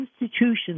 institutions